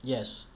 yes